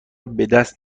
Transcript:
بدست